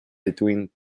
between